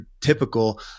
typical